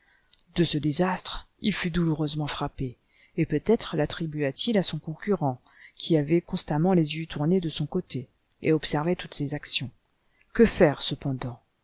de ce désastre il fut douloureusement frappé et peut-être lattribua t il à son concurrent qui avait constamment les yeux tournés de son côté et observait toutes ses actions que faire cependant